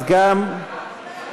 אז גם 12,